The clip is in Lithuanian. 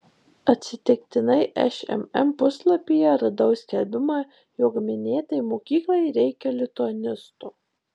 atsitiktinai šmm puslapyje radau skelbimą jog minėtai mokyklai reikia lituanisto